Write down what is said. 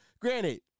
Granted